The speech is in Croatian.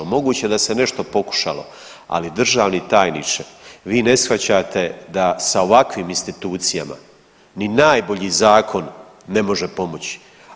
Moguće da se nešto pokušalo, ali državni tajniče vi ne shvaćate da s ovakvim institucijama ni najbolji zakon ne može pomoći.